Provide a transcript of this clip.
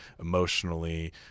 emotionally